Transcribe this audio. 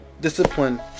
discipline